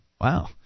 Wow